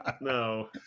No